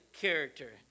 character